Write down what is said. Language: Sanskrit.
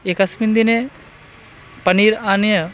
एकस्मिन् दिने पनीर् आनीय